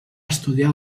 estudiar